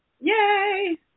Yay